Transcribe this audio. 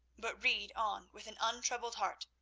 but read on with an untroubled heart,